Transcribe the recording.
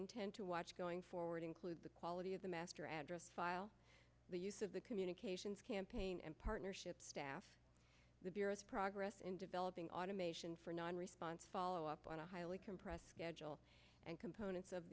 intend to watch going forward include the quality of the master address file the use of the communications campaign and partnership staff progress in developing automation for non response follow up on a highly compressed schedule and components of